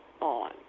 on